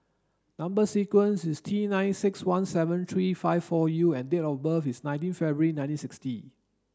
number sequence is T nine six one seven three five four U and date of birth is nineteen February nineteen sixty